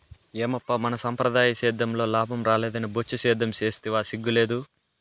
ఏమప్పా మన సంప్రదాయ సేద్యంలో లాభం రాలేదని బొచ్చు సేద్యం సేస్తివా సిగ్గు లేదూ